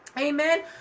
amen